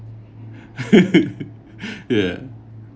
ya